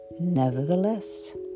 Nevertheless